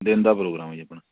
ਦਿਨ ਦਾ ਪ੍ਰੋਗਰਾਮ ਜੀ ਆਪਣਾ